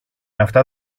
αυτά